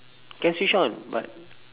can switch on but